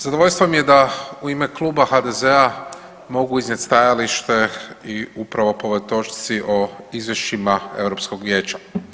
Zadovoljstvo mi da je u ime kuba HDZ-a mogu iznijeti stajalište i upravo po ovoj točci o izvješćima Europskog vijeća.